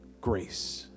grace